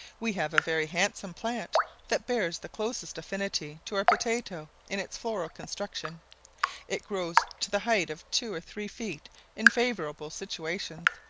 we have a very handsome plant that bears the closest affinity to our potatoe in its floral construction it grows to the height of two or three feet in favourable situations,